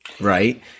Right